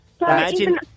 Imagine